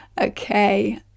Okay